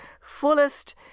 fullest